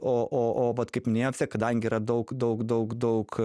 o o o vat kaip minėjot kadangi yra daug daug daug daug